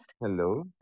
Hello